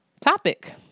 topic